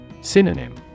Synonym